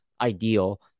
ideal